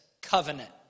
covenant